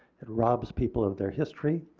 it robs people of their history.